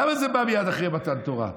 למה זה בא מייד אחרי מתן תורה?